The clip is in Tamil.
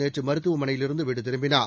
நேற்று மருத்துவமனையிலிருந்து வீடு திரும்பினார்